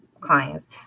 clients